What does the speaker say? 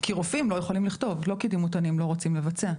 כי רופאים לא יכולים לכתוב ולא כי דימותנים לא רוצים לבצע.